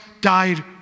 died